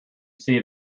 see